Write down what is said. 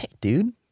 dude